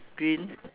green